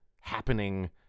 happening